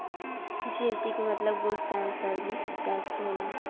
GST के मतलब goods and service tax होला